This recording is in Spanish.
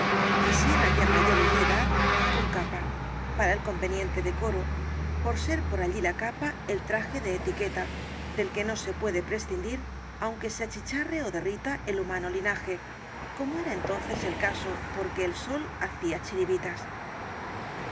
eran ya mayores de edad con capa para el conveniente decoro por ser por allí la capa el traje de etiqueta del que no se pue de prescindir aunque se achicharre ó derrita el hu mano linaje como era entonces el caso porque el sol hacía chirivitas